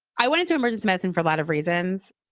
i wanted to emerge as medicine for a lot of reasons.